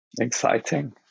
Exciting